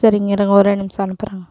சரிங்க இருங்க ஒரே நிமிஷம் அனுப்புறங்க